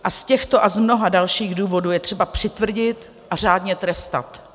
A z těchto a z mnoha dalších důvodů je třeba přitvrdit a řádně trestat.